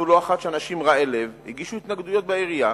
שמענו לא אחת שאנשים רעי לב הגישו התנגדויות בעירייה,